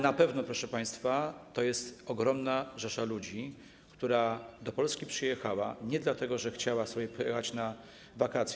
Na pewno, proszę państwa, to jest ogromna rzesza ludzi, która do Polski przyjechała nie dlatego, że chciała sobie pojechać na wakacje.